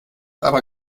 aber